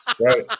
right